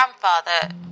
grandfather